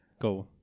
go